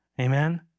Amen